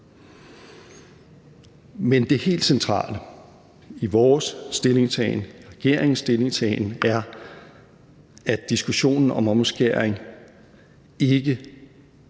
Men det helt centrale i vores stillingtagen, regeringens stillingtagen, er, at diskussionen om omskæring ikke